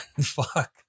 Fuck